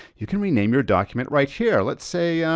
you can rename your document right here. let's say,